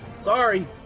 Sorry